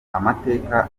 amateka